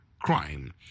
crime